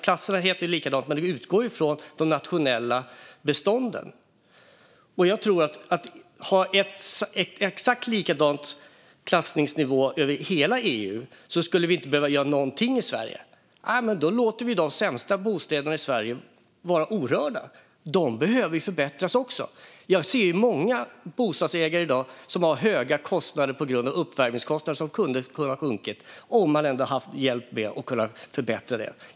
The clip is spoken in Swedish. Klasserna heter samma sak, men de utgår från de nationella bestånden. Om vi skulle ha en exakt likadan klassning över hela EU skulle vi inte behöva göra någonting i Sverige. Då låter vi de sämsta bostäderna i Sverige vara orörda. Men de behöver också förbättras. Jag ser många bostadsägare som har höga kostnader på grund av uppvärmningskostnader som hade kunnat sänkas om de hade fått hjälp att förbättra detta.